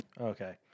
Okay